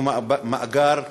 מאגר פציח,